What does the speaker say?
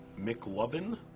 mclovin